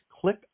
click